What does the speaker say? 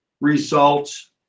results